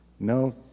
No